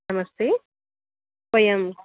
नमस्ते वयम्